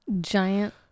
giant